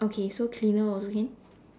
okay so cleaner also can